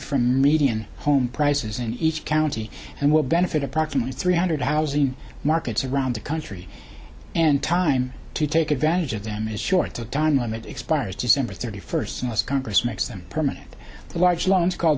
from median home prices in each county and will benefit approximately three hundred housing markets around the country and time to take advantage of them as short a time limit expires december thirty first unless congress makes them permanent large loans called